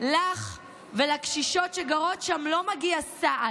לך ולקשישות שגרות שם לא מגיע סעד.